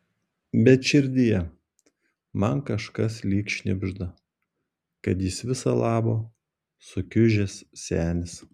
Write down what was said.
bet širdyje man kažkas lyg šnibžda kad jis viso labo sukiužęs senis